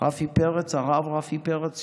הרב רפי פרץ,